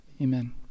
Amen